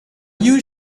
you